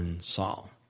Saul